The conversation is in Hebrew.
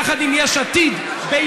יחד עם יש עתיד ביחד,